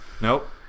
Nope